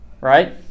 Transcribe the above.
right